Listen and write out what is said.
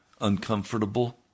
uncomfortable